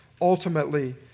ultimately